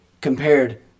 compared